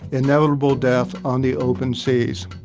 inevitable death on the open seas,